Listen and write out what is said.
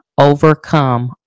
overcome